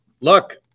Look